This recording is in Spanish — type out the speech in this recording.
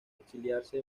exiliarse